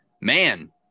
Man